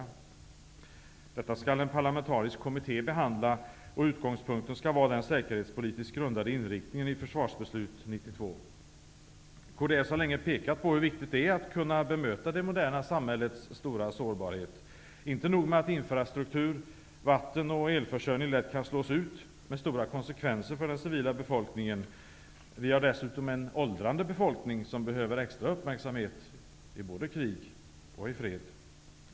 Detta skall en parlamentarisk kommitté behandla. Utgångspunkten skall vara den säkerhetspolitiskt grundade inriktningen i Försvarsbeslut 92. Kds har länge pekat på hur viktigt det är att kunna bemöta det moderna samhällets stora sårbarhet. Det är inte nog med att infrastruktur, vatten och elförsörjning lätt kan slås ut med stora konsekvenser för den civila befolkningen. Vi har dessutom en åldrande befolkning som behöver extra uppmärksamhet i både krig och fred.